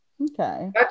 Okay